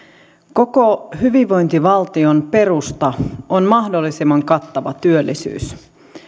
koko hyvinvointivaltion perusta on mahdollisimman kattava työllisyys